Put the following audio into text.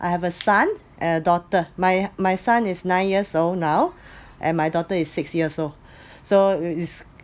I have a son and a daughter my my son is nine years old now and my daughter is six years old so is